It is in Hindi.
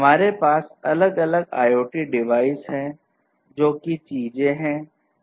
हमारे पास अलग अलग IoT डिवाइस हैं जो कि चीजें हैं